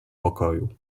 pokoju